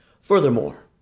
Furthermore